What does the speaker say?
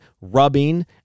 rubbing